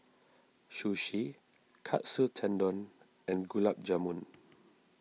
Sushi Katsu Tendon and Gulab Jamun